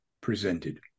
presented